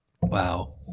Wow